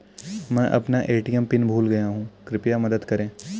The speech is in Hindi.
मैं अपना ए.टी.एम पिन भूल गया हूँ, कृपया मदद करें